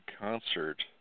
concert